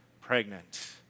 pregnant